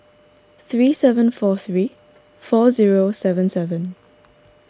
three seven four three four zero seven seven